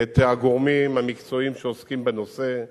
את הגורמים המקצועיים שעוסקים בנושא,